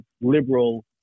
liberal